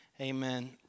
amen